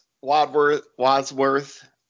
Wadsworth